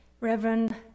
Reverend